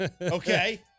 Okay